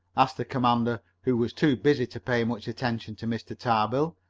asked the commander, who was too busy to pay much attention to mr. tarbill.